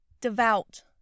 devout